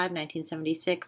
1976